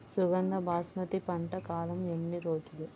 సుగంధ బాస్మతి పంట కాలం ఎన్ని రోజులు?